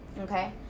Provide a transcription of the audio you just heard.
Okay